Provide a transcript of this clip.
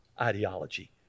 ideology